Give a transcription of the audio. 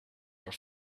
are